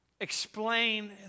explain